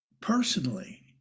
personally